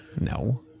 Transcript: no